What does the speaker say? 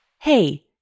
Hey